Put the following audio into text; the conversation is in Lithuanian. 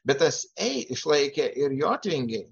bet tas ei išlaikė ir jotvingiai